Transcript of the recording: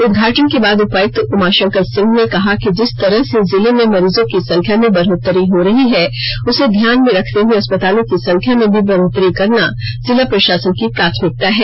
उदघाटन के बाद उपायुक्त उमा शंकर सिंह ने कहा कि जिस तरह से जिले में मरीजों की संख्या में बढ़ोतरी हो रही है उसे ध्यान में रखते हुए अस्पतालों की संख्या में भी बढ़ोतरी करना जिला प्रशासन की प्राथमिकता है